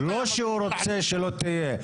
לא שהוא רוצה שלא תהיה.